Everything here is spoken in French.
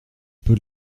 peu